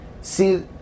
see